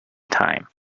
time